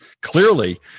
clearly